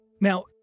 Now